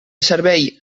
servei